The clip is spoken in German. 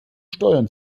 steuern